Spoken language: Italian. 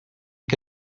che